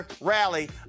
Rally